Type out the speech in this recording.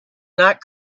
not